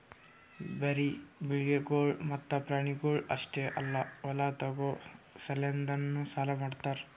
ಬರೀ ಬೆಳಿಗೊಳ್ ಮತ್ತ ಪ್ರಾಣಿಗೊಳ್ ಅಷ್ಟೆ ಅಲ್ಲಾ ಹೊಲ ತೋಗೋ ಸಲೆಂದನು ಸಾಲ ಮಾಡ್ತಾರ್